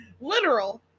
Literal